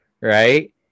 Right